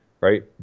right